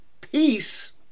peace